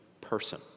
person